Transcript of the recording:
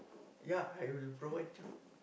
ya I will provide you